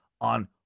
on